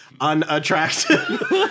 unattractive